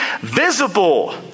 visible